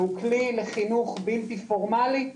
והוא כלי לחינוך בלתי פורמלי,